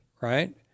Right